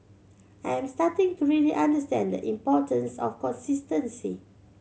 I am starting to really understand the importance of consistency